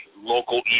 local